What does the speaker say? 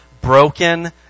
broken